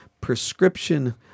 prescription